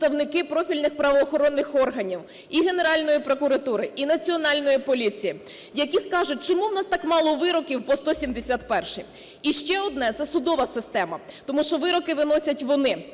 представники профільних правоохоронних органів – і Генеральної прокуратури, і Національної поліції – які скажуть, чому у нас так мало вироків по 171-й? І ще одне, це судова система, тому що вироки виносять вони,